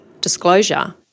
disclosure